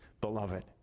beloved